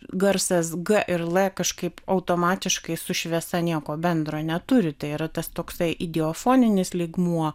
garsas g ir l kažkaip automatiškai su šviesa nieko bendro neturi tai yra tas toksai ideofoninis lygmuo